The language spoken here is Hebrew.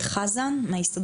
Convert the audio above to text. ועבור עיבוי הפיקוח בכל מחוז.